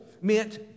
meant